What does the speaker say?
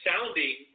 sounding